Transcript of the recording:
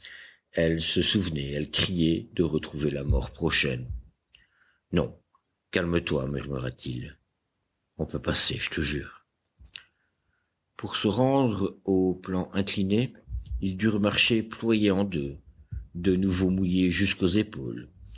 elle se souvenait elle criait de retrouver la mort prochaine non calme-toi murmura-t-il on peut passer je te jure pour se rendre au plan incliné ils durent marcher ployés en deux de nouveau mouillés jusqu'aux épaules